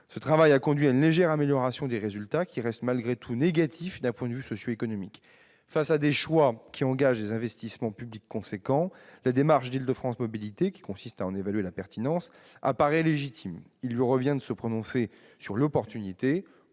Ce travail a conduit à une légère amélioration des résultats, qui restent, malgré tout, négatifs d'un point de vue socio-économique. Face à des choix qui engagent des investissements publics importants, la démarche d'Île-de-France Mobilités, qui consiste à en évaluer la pertinence, apparaît légitime ; il lui revient de se prononcer sur leur opportunité.